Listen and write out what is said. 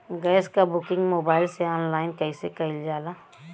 Gas क booking mobile से online कईसे कईल जाला?